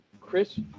Chris